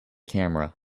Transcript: camera